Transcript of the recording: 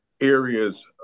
areas